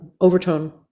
overtone